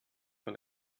von